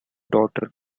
daughter